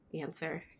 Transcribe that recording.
answer